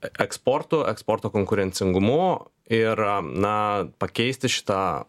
eksportu eksporto konkurencingumu ir na pakeisti šitą